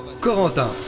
Corentin